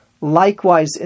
Likewise